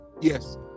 Yes